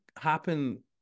happen